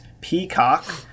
peacock